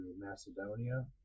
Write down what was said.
Macedonia